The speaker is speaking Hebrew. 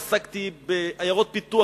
עסקתי בעיירות פיתוח,